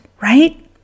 right